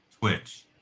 Twitch